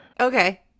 Okay